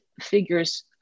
figures